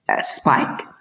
Spike